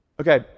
Okay